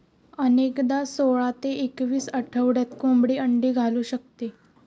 अनेकदा सोळा ते एकवीस आठवड्यात कोंबडी अंडी घालू शकते